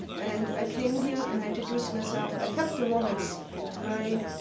and i came here, and i introduced myself. i kept the romance very,